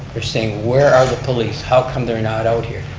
they're saying where are the police, how come they're not out here,